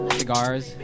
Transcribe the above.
cigars